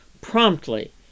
promptly